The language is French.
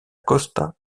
costa